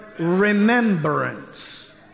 remembrance